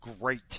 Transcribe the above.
great